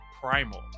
Primal